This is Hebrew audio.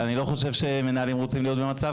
ואני לא חושב שמנהלים רוצים להיות במצב